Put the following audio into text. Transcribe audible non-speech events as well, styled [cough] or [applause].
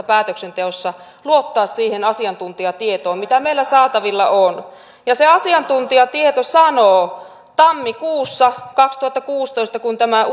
[unintelligible] päätöksenteossa luottaa siihen asiantuntijatietoon mitä meillä saatavilla on ja se asiantuntijatieto sanoo tammikuussa kaksituhattakuusitoista kun tämä [unintelligible]